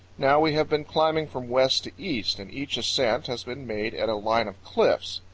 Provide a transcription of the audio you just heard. now we have been climbing from west to east, and each ascent has been made at a line of cliffs.